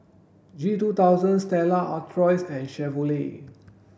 G two thousand Stella Artois and Chevrolet